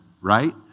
right